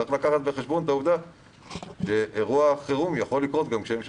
צריך לקחת בחשבון את העובדה שאירוע חירום יכול לקרות גם כשהם שם.